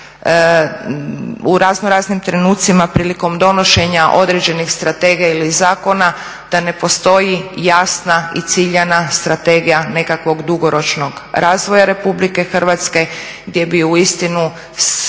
u raznoraznim trenucima prilikom donošenja određenih strategija ili zakona da ne postoji jasna i ciljana strategija nekakvog dugoročnog razvoja RH gdje bi uistinu svi